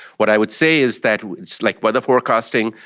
what i would say is that, just like weather forecasting,